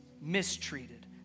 mistreated